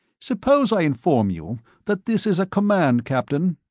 suppose i inform you that this is a command, captain?